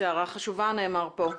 הערה חשובה, נאמר פה,